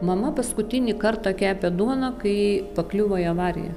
mama paskutinį kartą kepė duoną kai pakliuvo į avariją